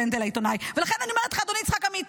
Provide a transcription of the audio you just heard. בין העובדה שאין לצד השני של המפה הפוליטית